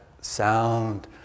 sound